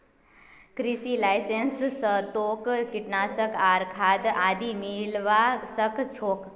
कृषि लाइसेंस स तोक कीटनाशक आर खाद आदि मिलवा सख छोक